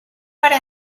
para